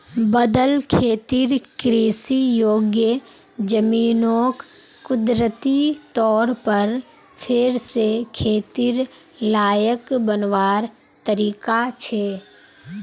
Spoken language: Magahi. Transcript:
बदल खेतिर कृषि योग्य ज़मीनोक कुदरती तौर पर फेर से खेतिर लायक बनवार तरीका छे